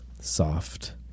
soft